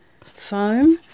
foam